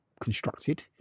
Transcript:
constructed